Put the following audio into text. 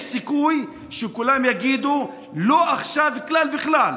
יש סיכוי שכולם יגידו: לא עכשיו כלל וכלל,